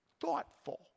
thoughtful